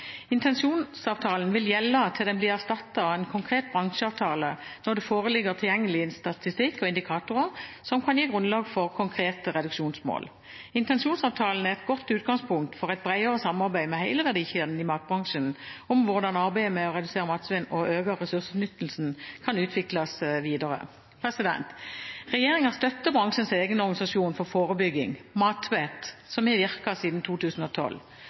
Intensjonsavtalen vil gjelde til den blir erstattet av en konkret bransjeavtale når det foreligger tilgjengelig statistikk og indikatorer som kan gi grunnlag for konkrete reduksjonsmål. Intensjonsavtalen er et godt utgangspunkt for et bredere samarbeid med hele verdikjeden i matbransjen om hvordan arbeidet med å redusere matsvinn og øke ressursutnyttelsen kan utvikles videre. Regjeringen støtter bransjens egen organisasjon for forebygging, Matvett, som har virket siden 2012.